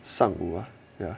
上午 ah ya